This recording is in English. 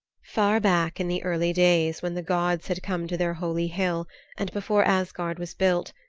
far back in the early days, when the gods had come to their holy hill and before asgard was built,